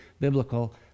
Biblical